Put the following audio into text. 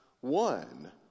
one